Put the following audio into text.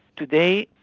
today,